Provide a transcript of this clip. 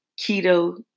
keto